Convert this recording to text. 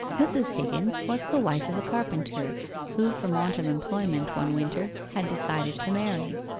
mrs. higgins was the wife of a carpenter who from want of employment one winter had decided to marry.